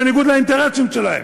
בניגוד לאינטרסים שלהם,